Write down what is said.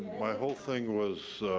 my whole thing was